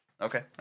Okay